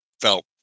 felt